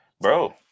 bro